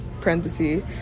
parenthesis